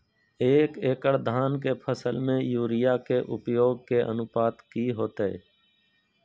एक एकड़ धान के फसल में यूरिया के उपयोग के अनुपात की होतय?